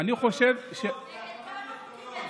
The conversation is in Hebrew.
וזה לא יום